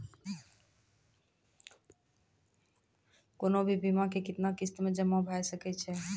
कोनो भी बीमा के कितना किस्त मे जमा भाय सके छै?